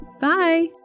bye